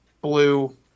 blue